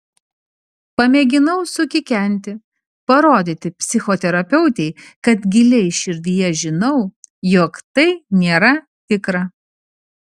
pamėginau sukikenti parodyti psichoterapeutei kad giliai širdyje žinau jog tai nėra tikra